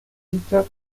richard